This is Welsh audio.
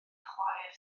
chwaer